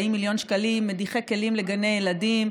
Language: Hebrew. מיליון שקלים מדיחי כלים לגני ילדים.